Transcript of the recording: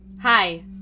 Hi